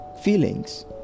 feelings